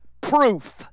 proof